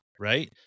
right